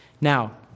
Now